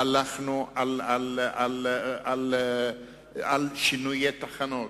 הלכנו על שינויי תחנות,